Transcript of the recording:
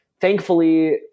thankfully